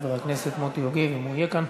חבר הכנסת מוטי יוגב, אם הוא יהיה כאן.